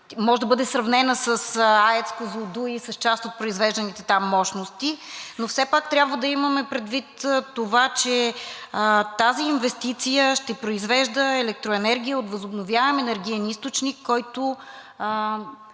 може да бъде сравнена с АЕЦ „Козлодуй“ и с част от произвежданите там мощности, но все пак трябва да имаме предвид, че тази инвестиция ще произвежда електроенергия от възобновяем енергиен източник, който